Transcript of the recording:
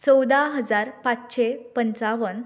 चवदा हजार पांचशें पंचावन